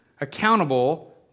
accountable